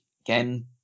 again